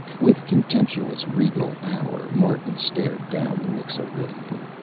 with contemptuous, regal power martin stared down the mixo-lydian.